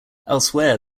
elsewhere